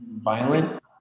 violent